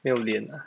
没有脸 ah